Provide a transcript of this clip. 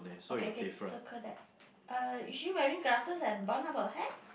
okay okay circle that uh is she wearing glasses and bun up her hair